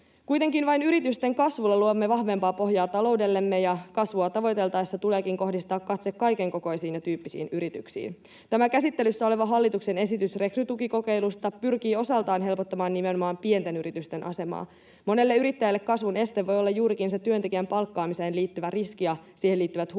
Kuitenkin vain yritysten kasvulla luomme vahvempaa pohjaa taloudellemme, ja kasvua tavoiteltaessa tuleekin kohdistaa katse kaikenkokoisiin ja ‑tyyppisiin yrityksiin. Tämä käsittelyssä oleva hallituksen esitys rekrytukikokeilusta pyrkii osaltaan helpottamaan nimenomaan pienten yritysten asemaa. Monelle yrittäjälle kasvun este voi olla juurikin se työntekijän palkkaamiseen liittyvä riski ja siihen liittyvät huolet